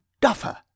duffer